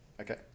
Okay